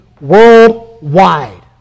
Worldwide